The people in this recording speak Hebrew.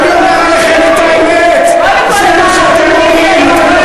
אני אומר עליכם את האמת, זה מה שאתם אומרים.